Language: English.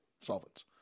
solvents